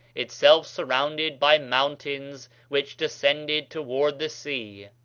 itself surrounded by mountains which descended toward the sea.